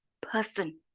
person